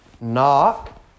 Knock